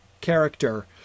character